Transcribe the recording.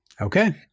Okay